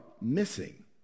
missing